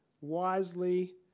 wisely